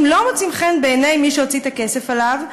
לא מוצאים חן בעיני מי שהוציא את הכסף עליו,